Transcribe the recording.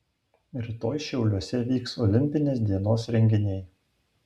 rytoj šiauliuose vyks olimpinės dienos renginiai